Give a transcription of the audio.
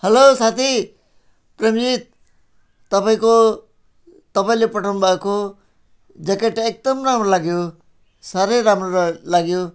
hello साथी प्रवृत तपाईँको तपाईँले पठाउनु भएको ज्याकेट एकदम राम्रो लाग्यो साह्रै राम्रो लाग्यो